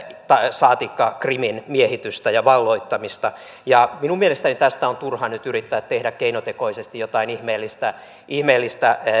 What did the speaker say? saatikka krimin miehitystä ja valloittamista minun mielestäni tästä on turha nyt yrittää tehdä keinotekoisesti jotain ihmeellistä ihmeellistä